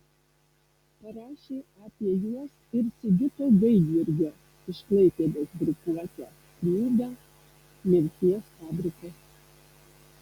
parašė apie juos ir sigito gaidjurgio iš klaipėdos grupuotę knygą mirties fabrikas